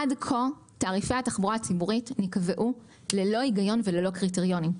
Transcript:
עד כה תעריפי התחבורה הציבורית נקבעו ללא היגיון וללא קריטריונים.